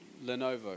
Lenovo